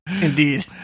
Indeed